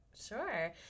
Sure